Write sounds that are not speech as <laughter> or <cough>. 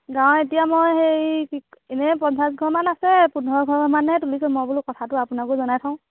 গাঁও এতিয়া মই হেৰি কি <unintelligible> এনেই পঞ্চাছ ঘৰ মান আছে পোন্ধৰ ঘৰ মানহে তুলিছোঁ মই বোলো কথাটো আপোনাকো জনাই থওঁ